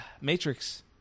Matrix